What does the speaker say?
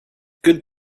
good